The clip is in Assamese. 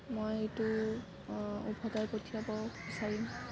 মই এইটো উভতাই পঠিয়াব বিচাৰিম